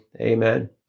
amen